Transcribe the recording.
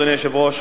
אדוני היושב-ראש,